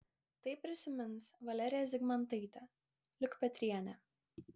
tai prisimins valerija zigmantaitė liukpetrienė